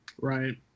Right